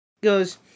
goes